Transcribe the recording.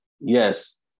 Yes